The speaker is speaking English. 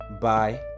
Bye